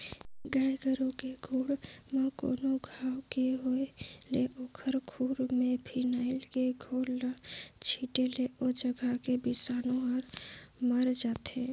गाय गोरु के गोड़ म कोनो घांव के होय ले ओखर खूर में फिनाइल के घोल ल छींटे ले ओ जघा के बिसानु हर मइर जाथे